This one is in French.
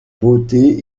beauté